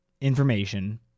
information